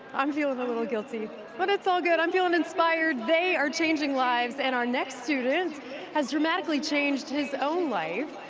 i'm feeling a little guilty but it's all good i'm feeling inspired. they are changing lives and our next students has dramatically changed his own life.